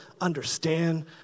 understand